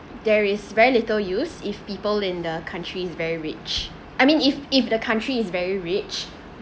there is very little use if people in the country is very rich I mean if if the country is very rich